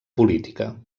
política